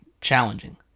challenging